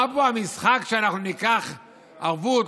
מה פה המשחק שניקח ערבות?